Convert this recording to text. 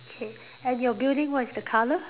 okay and your building what is the colour